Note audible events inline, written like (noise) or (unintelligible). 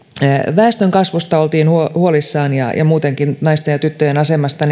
väestönkasvusta oltiin huolissaan ja ja muutenkin naisten ja tyttöjen asemasta (unintelligible)